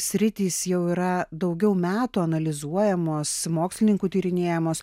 sritys jau yra daugiau metų analizuojamos mokslininkų tyrinėjamos